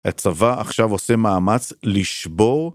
הצבא עכשיו עושה מאמץ לשבור.